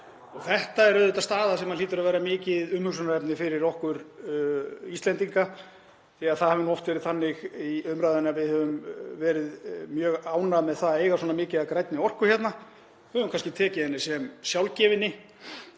Þetta er auðvitað staða sem hlýtur að vera mikið umhugsunarefni fyrir okkur Íslendinga því að það hefur oft verið þannig í umræðunni að við höfum verið mjög ánægð með það að eiga svona mikið af grænni orku, höfum kannski tekið henni sem sjálfgefinni,